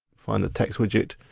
find the text widget,